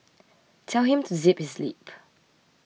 tell him to zip his lip